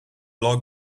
log